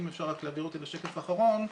אם אפשר רק להעביר לשקף האחרון.